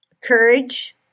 courage